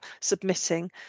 submitting